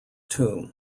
tomb